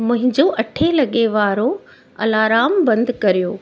मुंहिंजो अठे लॻे वारो अलार्म बंदि करियो